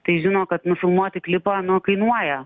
tai žino kad nufilmuoti klipą nu kainuoja